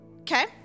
Okay